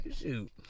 shoot